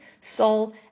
soul